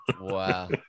Wow